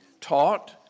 taught